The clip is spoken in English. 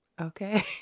Okay